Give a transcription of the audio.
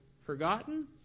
forgotten